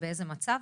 ובאיזה מצב,